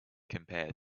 compare